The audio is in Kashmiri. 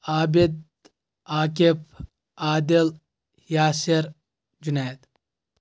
عابد عاقب عادل یاصر جُنید